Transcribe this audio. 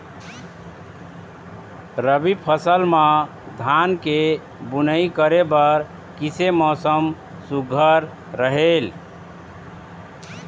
रबी फसल म धान के बुनई करे बर किसे मौसम सुघ्घर रहेल?